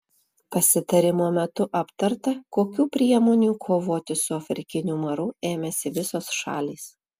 pasitarimo metu aptarta kokių priemonių kovoti su afrikiniu maru ėmėsi visos šalys